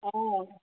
অঁ